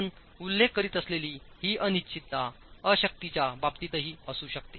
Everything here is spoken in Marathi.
आपण उल्लेख करीत असलेली ही अनिश्चितता अतिशक्तीच्या बाबतीतही असू शकते